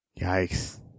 Yikes